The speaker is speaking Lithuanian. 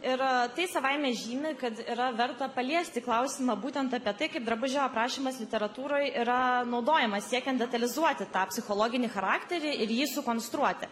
ir tai savaime žymi kad yra verta paliesti klausimą būtent apie tai kaip drabužio aprašymas literatūroj yra naudojamas siekiant detalizuoti tą psichologinį charakterį ir jį sukonstruoti